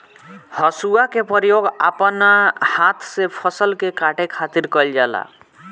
हसुआ के प्रयोग अपना हाथ से फसल के काटे खातिर कईल जाला